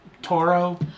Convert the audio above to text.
Toro